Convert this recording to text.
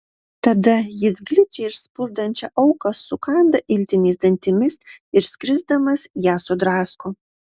tada jis gličią ir spurdančią auką sukanda iltiniais dantimis ir skrisdamas ją sudrasko